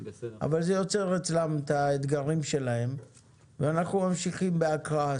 אבל זה יוצר אצלם את האתגרים שלהם ואנחנו ממשיכים בהקראה.